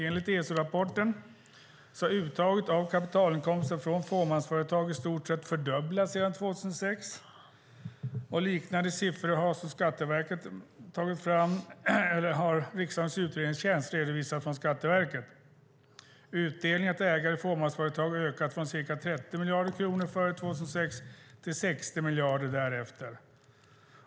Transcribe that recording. Enligt ESO-rapporten har uttaget av kapitalinkomster från fåmansföretag i stort sett fördubblats sedan 2006, och liknande siffror har riksdagens utredningstjänst redovisat med uppgifter från Skatteverket. Utdelningen till ägare av fåmansföretag har ökat från ca 30 miljarder kronor före 2006 till 60 miljarder kronor därefter.